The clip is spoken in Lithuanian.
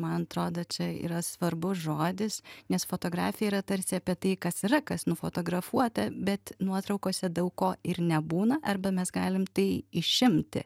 man atrodo čia yra svarbus žodis nes fotografija yra tarsi apie tai kas yra kas nufotografuota bet nuotraukose daug ko ir nebūna arba mes galim tai išimti